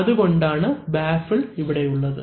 അതുകൊണ്ടാണ് ബാഫിൽ ഇവിടെയുള്ളത്